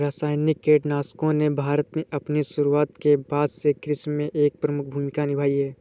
रासायनिक कीटनाशकों ने भारत में अपनी शुरूआत के बाद से कृषि में एक प्रमुख भूमिका निभाई हैं